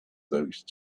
those